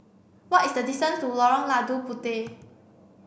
what is the distance to Lorong Lada Puteh